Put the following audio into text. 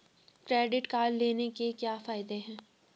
Credit card लेने के क्या फायदे हैं?